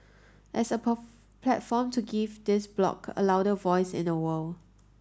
as a platform to give this bloc a louder voice in the world